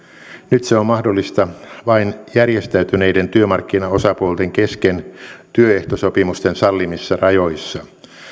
nyt se on mahdollista vain järjestäytyneiden työmarkkinaosapuolten kesken työehtosopimusten sallimissa rajoissa